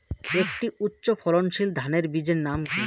একটি উচ্চ ফলনশীল ধানের বীজের নাম কী?